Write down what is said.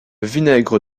vinaigre